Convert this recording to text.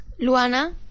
Luana